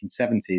1970s